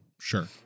Sure